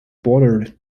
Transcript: bordered